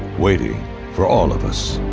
waiting for all of us.